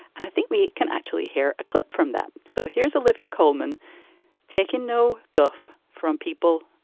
and i think we can actually hear a clip from that so here's olivia colman taking no guff from people,